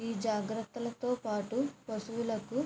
ఈ జాగ్రత్తలతో పాటు పశువులకు